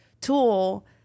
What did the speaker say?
tool